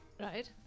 right